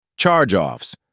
Charge-offs